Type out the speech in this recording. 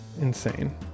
insane